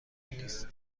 نیست